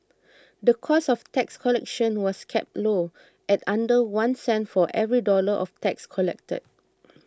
the cost of tax collection was kept low at under one cent for every dollar of tax collected